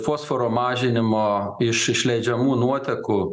fosforo mažinimo iš išleidžiamų nuotekų